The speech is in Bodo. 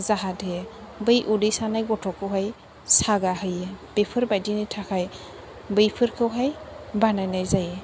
जाहाथे बै उदै सानाय गथ'खौहाय सागा होयो बेफोर बायदिनि थाखाय बैफोरखौहाय बानायनाय जायो